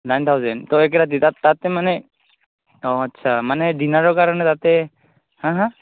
nine thousand তো এক ৰাতিত তাত তাতে মানে অঁ আচ্ছা মানে ডিনাৰৰ কাৰণে তাতে হাঁ হাঁ